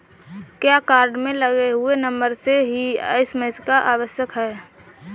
क्या कार्ड में लगे हुए नंबर से ही एस.एम.एस आवश्यक है?